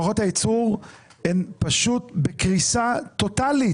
מערכות הייצור בקריסה טוטאלית.